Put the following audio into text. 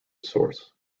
source